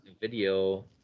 video